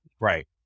right